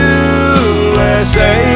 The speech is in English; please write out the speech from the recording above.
usa